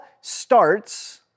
starts